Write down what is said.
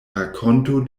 rakonto